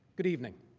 good evening.